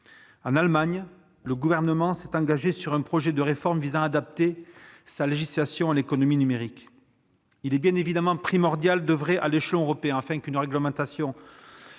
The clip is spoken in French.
En Allemagne, le Gouvernement s'est engagé sur un projet de réforme visant à adapter sa législation à l'économie numérique. Il est bien évidemment primordial d'oeuvrer à l'échelon européen, afin qu'une réglementation